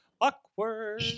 Awkward